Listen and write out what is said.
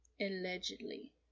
Allegedly